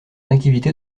activité